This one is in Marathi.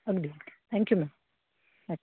अगदी अगदी थँक्यू मॅम अच्छा